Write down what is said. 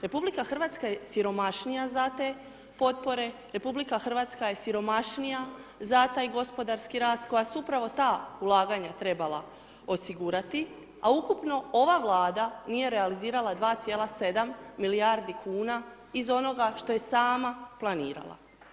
RH je siromašnija za te potpore, RH je siromašnija za taj gospodarski rast koja su upravo ulaganja trebala osigurati a ukupno ova Vlada nije realizirala 2,7 milijardi kuna iz onoga što je sama planirala.